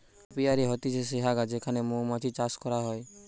apiary হতিছে সেহগা যেখানে মৌমাতছি চাষ করা হয়